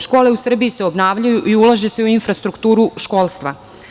Škole u Srbiji se obnavljaju i ulaže se u infrastrukturu školstva.